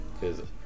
Cause